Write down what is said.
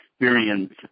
experience